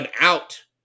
out